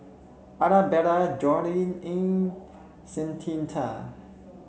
Arabella Joye and Shanita